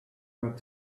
got